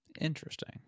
interesting